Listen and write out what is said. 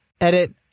Edit